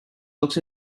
looks